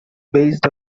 based